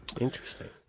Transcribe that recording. interesting